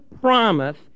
promise